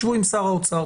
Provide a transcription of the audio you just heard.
שבו עם שר האוצר,